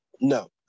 No